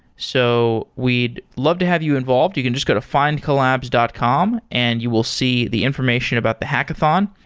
so we'd love to have you involved. you can just go to findcollabs dot com and you will see the information about the hackathon.